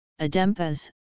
Adempas